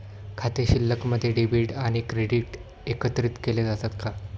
खाते शिल्लकमध्ये डेबिट आणि क्रेडिट एकत्रित केले जातात का?